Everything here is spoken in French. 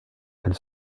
elle